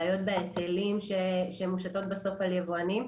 בעיות בהיטלים שמושתים בסוף על יבואנים.